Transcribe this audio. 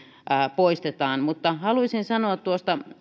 poistetaan mutta haluaisin sanoa tuosta